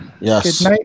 Yes